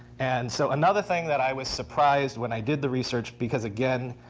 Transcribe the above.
and so another thing that i was surprised when i did the research, because again,